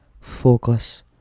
Focus